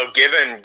given